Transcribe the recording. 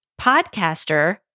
podcaster